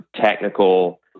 technical